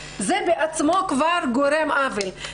זה בעצמו כבר גורם עוול,